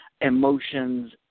emotions